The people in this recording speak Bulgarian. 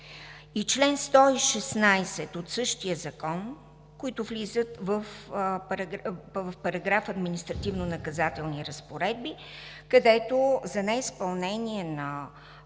и чл. 116 от същия закон, които влизат в параграф „Административнонаказателни разпоредби“, където за неизпълнение на